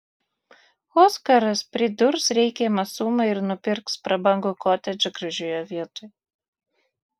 oskaras pridurs reikiamą sumą ir nupirks prabangų kotedžą gražioje vietoj